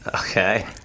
Okay